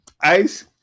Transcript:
Ice